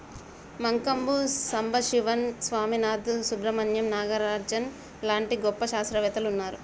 మంకంబు సంబశివన్ స్వామినాధన్, సుబ్రమణ్యం నాగరాజన్ లాంటి గొప్ప శాస్త్రవేత్తలు వున్నారు